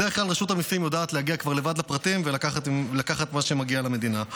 בדרך כלל רשות המיסים יודעת להגיע לבד לפרטים ולקחת את מה שמגיע למדינה.